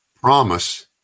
promise